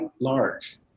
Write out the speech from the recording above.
large